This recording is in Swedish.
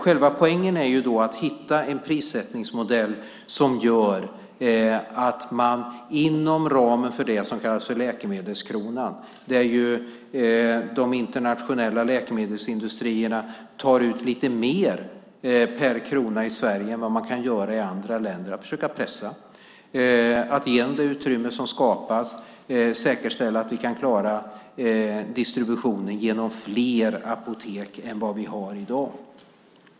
Själva poängen är att hitta en prissättningsmodell som gör att man inom ramen för det som kallas läkemedelskronan, där ju de internationella läkemedelsindustrierna tar ut lite mer per krona i Sverige än vad man kan göra i andra länder, kan försöka pressa och genom det utrymme som skapas säkerställa distributionen genom fler apotek än vad vi har i dag.